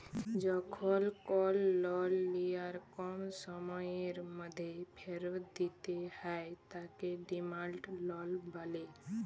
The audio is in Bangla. যখল কল লল লিয়ার কম সময়ের ম্যধে ফিরত দিতে হ্যয় তাকে ডিমাল্ড লল ব্যলে